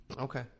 Okay